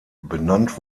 benannt